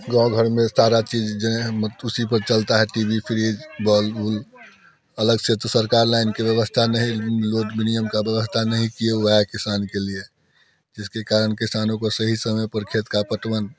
गांँव घर में सारा चीज जो है मत उसी पर चलता है टी वी फ्रिज बोलबुल अलग से तो सरकार लाइन की व्यवस्था नहीं लोड नियम का रहता नहीं किए हुआ किसान के लिए जिसके कारण किसानों को सही समय पर खेत का पटवन